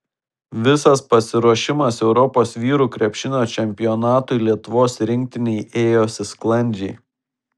visas pasiruošimas europos vyrų krepšinio čempionatui lietuvos rinktinei ėjosi sklandžiai